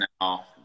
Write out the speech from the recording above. now